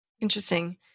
Interesting